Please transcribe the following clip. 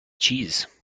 cheese